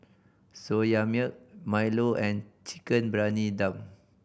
Soya Milk milo and Chicken Briyani Dum